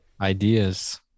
Ideas